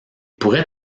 pourrait